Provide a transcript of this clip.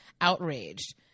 outraged